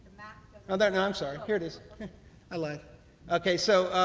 now that and i'm sorry here it is i lied okay so